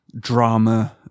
drama